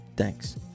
Thanks